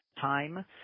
time